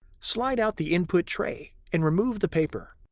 slide out the input tray and remove the paper.